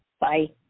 Bye